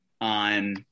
on